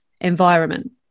environment